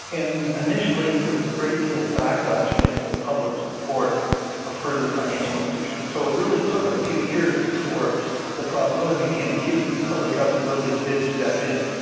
and initially there was a great deal of backlash against the public support of ah further financial institutions, so it really took a few years before the problem really became acute, until the government really did step in.